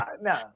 no